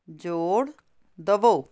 ਜੋੜ ਦੇਵੋ